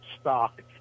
stock